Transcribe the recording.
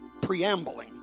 preambling